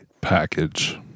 Package